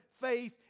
faith